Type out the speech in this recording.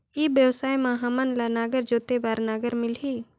ई व्यवसाय मां हामन ला नागर जोते बार नागर मिलही?